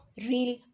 real